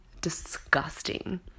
disgusting